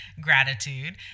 gratitude